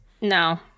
No